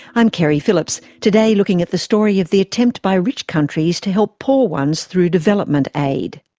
i'm keri phillips, today looking at the story of the attempt by rich countries to help poor ones through development aid.